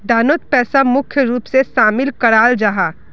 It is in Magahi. दानोत पैसा मुख्य रूप से शामिल कराल जाहा